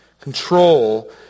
Control